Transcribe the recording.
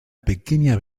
pequeña